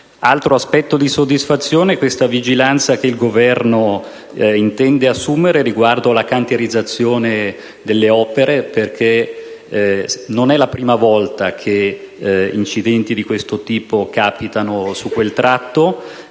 Altro motivo di soddisfazione è la vigilanza che il Governo intende assumere riguardo alla cantierizzazione delle opere; non è infatti la prima volta che incidenti di questo tipo capitano su quel tratto.